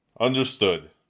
Understood